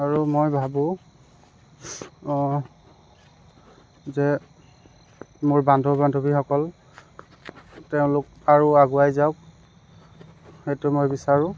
আৰু মই ভাবো যে মোৰ বন্ধু বান্ধবীসকল তেওঁলোক আৰু আগুৱাই যাওক সেইটো মই বিচাৰো